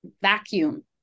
vacuum